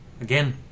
Again